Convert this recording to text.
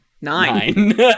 nine